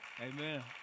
Amen